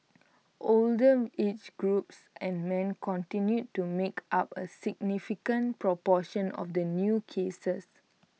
older age groups and men continued to make up A significant proportion of the new cases